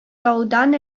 таудан